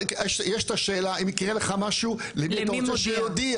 יש את השאלה אם יקרה לך משהו למי אתה רוצה שנודיע?